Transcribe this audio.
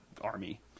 army